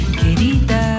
querida